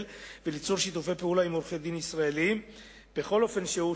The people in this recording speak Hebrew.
וליצור שיתופי פעולה עם עורכי-דין ישראלים בכל אופן שהוא,